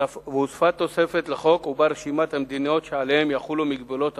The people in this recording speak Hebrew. והוספה תוספת לחוק ובה רשימת המדינות שעליהן יחולו מגבלות החוק.